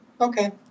okay